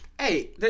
Hey